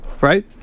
Right